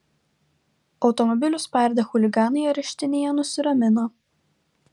automobilius spardę chuliganai areštinėje nusiramino